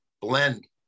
blend